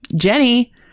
Jenny